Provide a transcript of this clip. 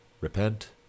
Repent